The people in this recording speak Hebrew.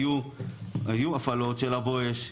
היו הפעלות של ה"בואש"